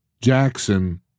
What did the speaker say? Jackson